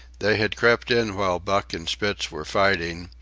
they had crept in while buck and spitz were fighting,